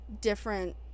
different